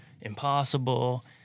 impossible